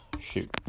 shoot